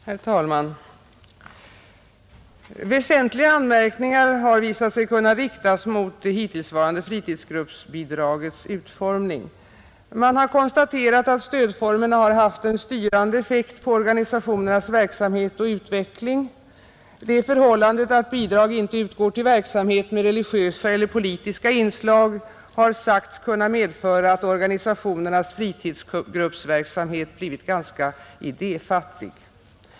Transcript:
Herr talman! Väsentliga anmärkningar har visat sig kunna riktas mot det hittillsvarande fritidsgruppsbidragets utformning. Man har konstaterat att stödformen har haft en styrande effekt på organisationernas verksamhet och utveckling. Det förhållandet att bidrag inte utgår till verksamhet med religiösa eller politiska inslag har sagts kunna medföra att organisationernas fritidsgruppsverksamhet blivit ganska idéfattig.